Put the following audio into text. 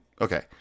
okay